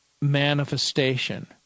manifestation